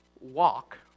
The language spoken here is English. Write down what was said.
walk